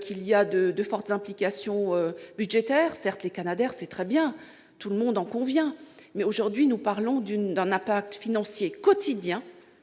qu'il y a de fortes implications budgétaires. Les Canadair, c'est très bien, tout le monde en convient, mais aujourd'hui nous parlons d'un impact financier quotidien